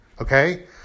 Okay